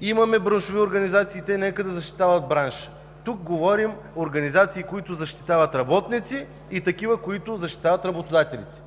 имаме браншови организации, нека те да защитават бранша. Тук говорим за организации, които защитават работниците, и такива, които защитават работодателите.